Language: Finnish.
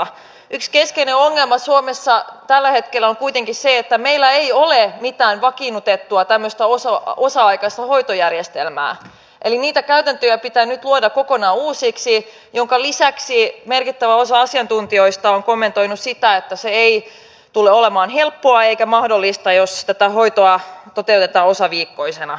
yksi keskeinen ongelma suomessa tällä hetkellä on kuitenkin se että meillä ei ole mitään tämmöistä vakiinnutettua osa aikaista hoitojärjestelmää eli niitä käytäntöjä pitää nyt luoda kokonaan uusiksi minkä lisäksi merkittävä osa asiantuntijoista on kommentoinut sitä että se ei tule olemaan helppoa eikä mahdollista jos tätä hoitoa toteutetaan osaviikkoisena